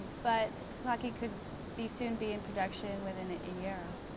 but clocky could be soon be in production within a year.